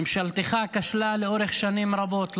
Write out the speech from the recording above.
ממשלתך כשלה לאורך שנים רבות,